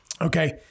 Okay